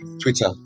Twitter